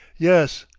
yes,